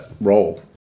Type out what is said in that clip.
role